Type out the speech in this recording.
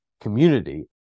community